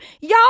Y'all